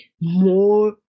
more